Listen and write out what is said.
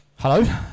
Hello